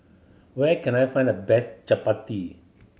where can I find the best chappati